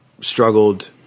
struggled